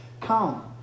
come